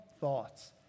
thoughts